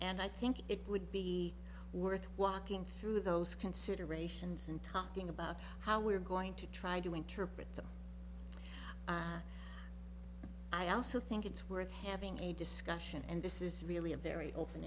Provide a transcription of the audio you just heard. and i think it would be worth watching through those considerations and talking about how we're going to try to interpret the i also think it's worth having a discussion and this is really a very open